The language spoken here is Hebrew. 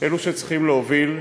אלו שצריכים להוביל,